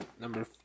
Number